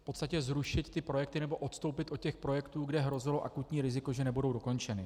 v podstatě zrušit ty projekty nebo odstoupit od těch projektů, kde hrozilo akutní riziko, že nebudou dokončeny.